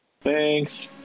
thanks